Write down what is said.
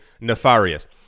nefarious